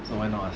so why not us